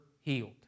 healed